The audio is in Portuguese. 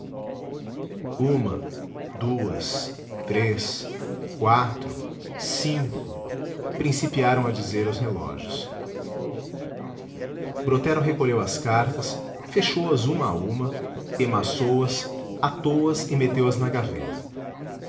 uma duas três quatro cinco principiaram a dizer os relógios brotero recolheu as cartas fechou as uma a uma emaçou as atou as e meteu as na gaveta